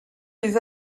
les